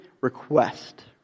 request